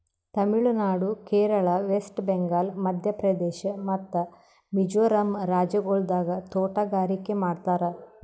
ತಮಿಳು ನಾಡು, ಕೇರಳ, ವೆಸ್ಟ್ ಬೆಂಗಾಲ್, ಮಧ್ಯ ಪ್ರದೇಶ್ ಮತ್ತ ಮಿಜೋರಂ ರಾಜ್ಯಗೊಳ್ದಾಗ್ ತೋಟಗಾರಿಕೆ ಮಾಡ್ತಾರ್